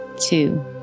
two